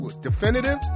definitive